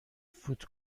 فوت